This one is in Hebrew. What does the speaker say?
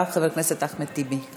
אחריו, חבר הכנסת אחמד טיבי.